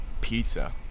pizza